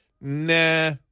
nah